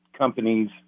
companies